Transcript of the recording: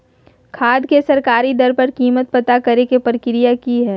खाद के सरकारी दर पर कीमत पता करे के प्रक्रिया की हय?